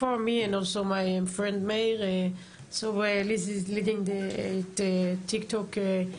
(אומרת דברים בשפה האנגלית, להלן התרגום החופשי)